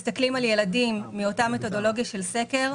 אם אנחנו מסתכלים על ילדים באותה מתודולוגיה של סקר,